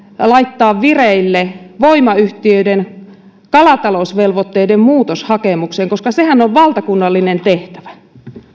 laittaa vireille voimayhtiöiden kalatalousvelvoitteiden muutoshakemuksen koska sehän on valtakunnallinen tehtävä